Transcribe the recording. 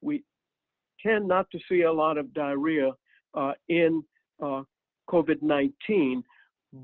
we tend not to see a lot of diarrhea in covid nineteen